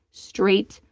straight,